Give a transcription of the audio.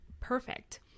perfect